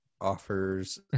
offers